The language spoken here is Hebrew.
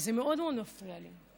וזה מאוד מאוד מפריע לי.